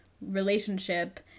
relationship